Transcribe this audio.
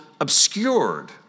obscured